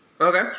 Okay